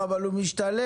אבל הוא משתלם,